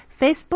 Facebook